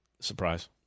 Surprise